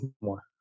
more